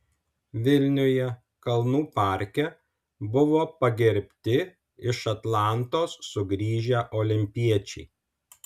vilniuje kalnų parke buvo pagerbti iš atlantos sugrįžę olimpiečiai